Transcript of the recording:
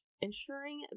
ensuring